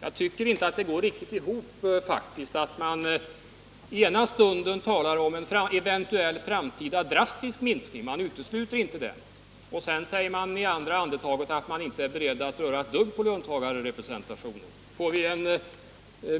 Det går inte riktigt ihop när man ena stunden talar om en eventuell framtida drastisk minskning — man utesluter inte en sådan — och i andra andetaget säger att vi inte är beredda att göra ett dugg för löntagarrepresentationen. Får vi en